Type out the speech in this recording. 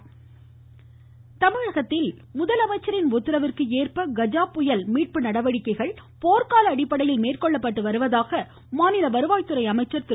கஜா புயல் உதயகுமார் தமிழகத்தில் முதலமைச்சரின் உத்தரவிற்கேற்ப கஜா புயல் மீட்பு நடவடிக்கைகள் போர்க்கால அடிப்படையில் மேற்கொள்ளப்பட்டு வருவதாக மாநில வருவாய்த்துறை அமைச்சர் திரு